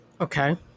okay